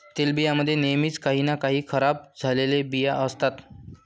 तेलबियां मध्ये नेहमीच काही ना काही खराब झालेले बिया असतात